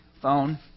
phone